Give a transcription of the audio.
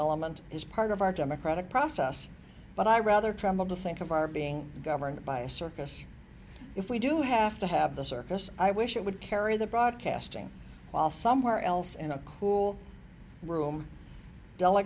element is part of our democratic process but i rather tremble to think of our being governed by a circus if we do have to have the circus i wish it would carry the broadcasting while somewhere else and a cool room